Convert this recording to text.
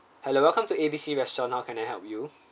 hello welcome to A B C restaurant how can I help you